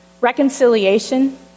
reconciliation